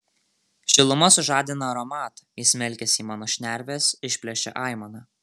šiluma sužadina aromatą jis smelkiasi į mano šnerves išplėšia aimaną